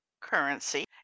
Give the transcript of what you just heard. currency